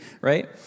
right